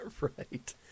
Right